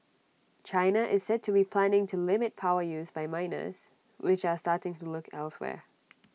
China is said to be planning to limit power use by miners which are starting to look elsewhere